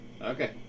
Okay